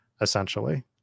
essentially